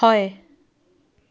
হয়